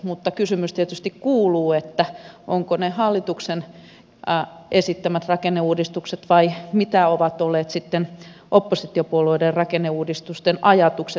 mutta kysymys tietysti kuuluu ovatko ne hallituksen esittämät rakenneuudistukset vai mitä ovat olleet sitten oppositiopuolueiden rakenneuudistusten ajatukset